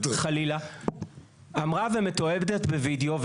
אמרה ומתועדת בווידיאו,